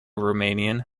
romanian